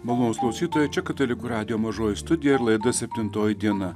malonūs klausytojai čia katalikų radijo mažoji studija ir laida septintoji diena